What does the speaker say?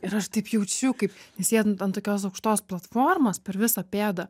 ir aš taip jaučiu kaip nes jie an an tokios aukštos platformos per visą pėdą